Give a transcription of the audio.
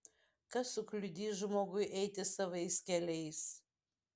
kas sukliudys žmogui eiti savais keliais